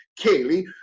Kaylee